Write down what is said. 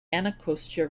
anacostia